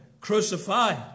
crucified